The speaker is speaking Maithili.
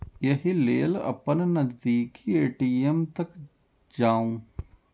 एहि लेल अपन नजदीकी ए.टी.एम तक जाउ